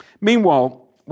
Meanwhile